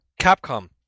Capcom